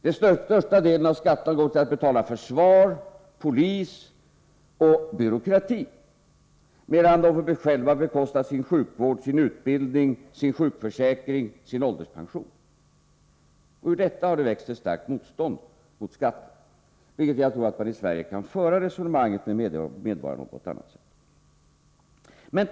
Den största delen av skatterna går till att betala försvar, polis och byråkrati, medan familjerna själva får bekosta sin sjukvård, sin utbildning, sin sjukförsäkring och sin ålderspension. Ur detta har det vuxit ett starkt motstånd mot skatter. Det gör att jag tror att man i Sverige kan föra resonemanget med medborgarna på ett annat sätt.